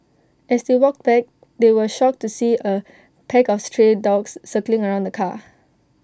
as they walked back they were shocked to see A pack of stray dogs circling around the car